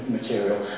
material